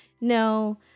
No